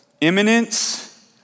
imminence